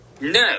No